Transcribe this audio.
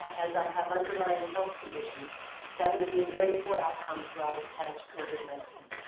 as i have underlying health conditions that would mean very poor outcomes were i to catch covid nineteen.